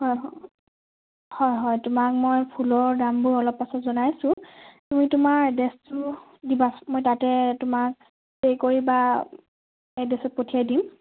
হয় হয় হয় তোমাক মই ফুলৰ দামবোৰ অলপ পাছত জনাই আছোঁ তুমি তোমাৰ এড্ৰেছটো দিবা মই তাতে তোমাক পে' কৰি বা এড্ৰেছত পঠিয়াই দিম